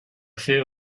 fait